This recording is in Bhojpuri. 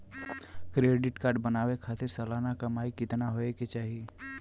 क्रेडिट कार्ड बनवावे खातिर सालाना कमाई कितना होए के चाही?